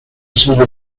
sello